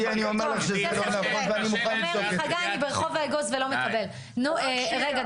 נו רגע,